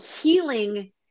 healing